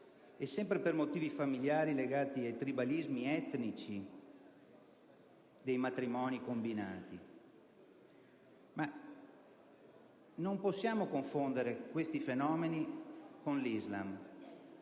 e sempre per motivi familiari legati ai tribalismi etnici dei matrimoni combinati. Non possiamo però confondere questi fenomeni con l'Islam,